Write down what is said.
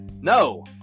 No